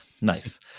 Nice